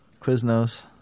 Quiznos